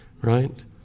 right